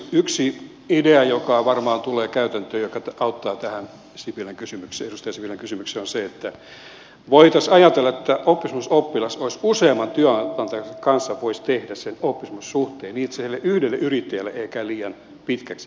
yksi idea joka varmaan tulee käytäntöön joka auttaa tähän edustaja sipilän kysymykseen on se että voitaisiin ajatella että oppisopimusoppilas voisi useamman työnantajan kanssa tehdä sen oppisopimussuhteen niin että se ei sille yhdelle yrittäjällä käy liian pitkäksi ja vaikeaksi